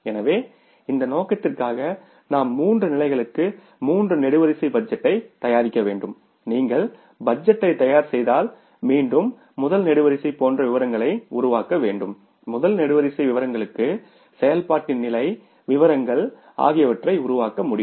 எனவே இந்த நோக்கத்திற்காக நாம் மூன்று நிலைகளுக்கு மூன்று நெடுவரிசை பட்ஜெட்டை தயாரிக்க வேண்டும் நீங்கள் இந்த பட்ஜெட்டை தயார் செய்தால் மீண்டும் முதல் நெடுவரிசை போன்ற விவரங்களை உருவாக்க வேண்டும் முதல் நெடுவரிசை விவரங்களுக்கு செயல்பாட்டின் நிலை விவரங்கள் ஆகியவற்றை உருவாக்க முடியும்